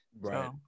Right